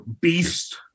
Beast